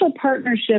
partnership